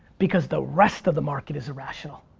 because the rest of the market is irrational.